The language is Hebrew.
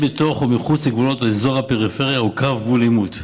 בתוך או מחוץ לגבולות אזור הפריפריה או קו גבול עימות.